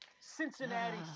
Cincinnati